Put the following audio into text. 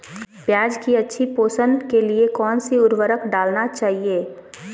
प्याज की अच्छी पोषण के लिए कौन सी उर्वरक डालना चाइए?